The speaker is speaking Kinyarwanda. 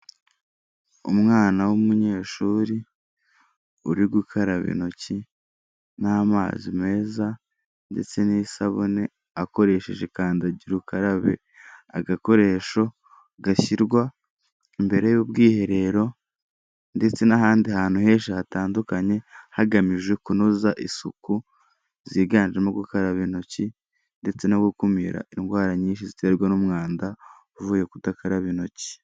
Umwana w'umunyeshuri uri gukaraba intoki n'amazi meza ndetse n'isabune akoresheje kandagira ukarabe, agakoresho gashyirwa imbere y'ubwiherero ndetse n'ahandi hantu henshi hatandukanye. Hagamijwe kunoza isuku ziganjemo gukaraba intoki ndetse no gukumira indwara nyinshi ziterwa n'umwanda, uvuye kudakaraba intoki.